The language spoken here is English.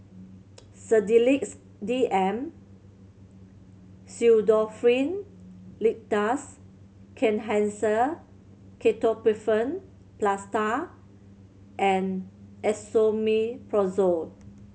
Sedilix D M Pseudoephrine Linctus Kenhancer Ketoprofen Plaster and Esomeprazole